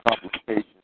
complications